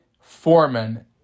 Foreman